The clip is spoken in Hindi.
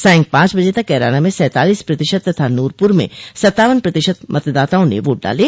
सांय पांच बजे तक कैराना में सैंतालीस प्रतिशत तथा नूरपुर में सत्तावन प्रतिशत मतदाताओं ने वोट डाले